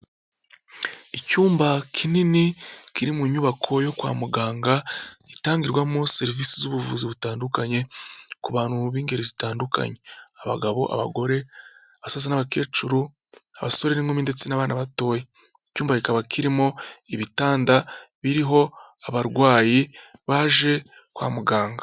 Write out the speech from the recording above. Icyumba kinini kiri mu nyubako yo kwa muganga itangirwamo serivise z'ubuvuzi butandukanye ku bantu mu b'ingeri zitandukanye abagabo, abagore, abasaza n'abakecuru, abasore n'inkumi ndetse n'abana batoya, icyumba kikaba kirimo ibitanda biriho abarwayi baje kwa muganga.